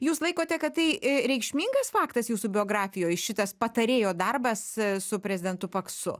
jūs laikote kad tai reikšmingas faktas jūsų biografijoj šitas patarėjo darbas su prezidentu paksu